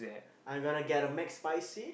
I'm gonna get a McSpicy